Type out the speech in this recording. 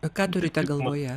o ką turite galvoje